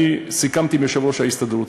סיכמתי עם יושב-ראש ההסתדרות